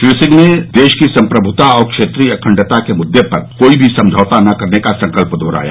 श्री सिंह ने देश की सम्प्रभुता और क्षेत्रीय अखंडता के मुद्दे पर कोई भी समझौता न करने का संकल्प दोहराया